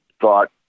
thought